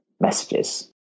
messages